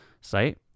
site